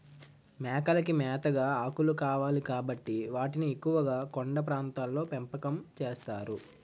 మేకలకి మేతగా ఆకులు కావాలి కాబట్టి వాటిని ఎక్కువుగా కొండ ప్రాంతాల్లో పెంపకం చేస్తారు